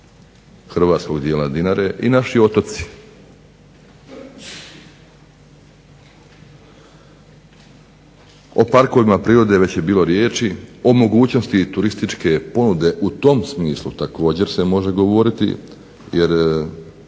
hrvatskog dijela Dinare i naši otoci. O parkovima prirode već je bilo riječi. O mogućnosti turističke ponude u tom smislu također se može govoriti jer